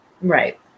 right